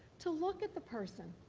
to look at the person,